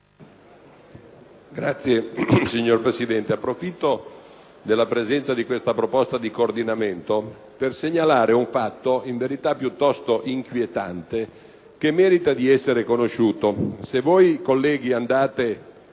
*(PD)*. Signor Presidente, approfitto della presenza di questa proposta di coordinamento per segnalare un fatto, in verità piuttosto inquietante, che merita di essere conosciuto. Se voi, colleghi, leggete